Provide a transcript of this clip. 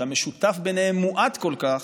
שהמשותף ביניהם מועט כל כך,